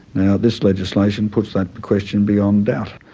now this legislation puts that question beyond doubt.